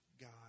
God